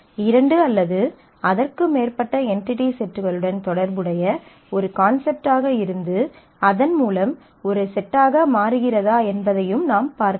இரண்டு அல்லது அதற்கு மேற்பட்ட என்டிடி செட்களுடன் தொடர்புடைய ஒரு கான்செப்ட் ஆக இருந்து அதன் மூலம் ஒரு செட்டாக மாறுகிறதா என்பதையும் நாம் பார்க்க வேண்டும்